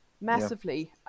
massively